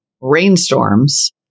rainstorms